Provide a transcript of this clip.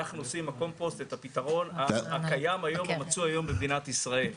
אנחנו עושים עם הקומפוסט את הפתרון המצוי היום במדינת ישראל.